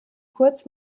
kurz